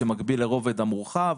שמקביל לרובד המורחב,